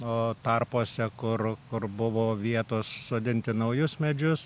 o tarpuose kur kur buvo vietos sodinti naujus medžius